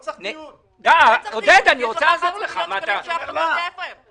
עודד, אני